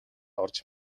орж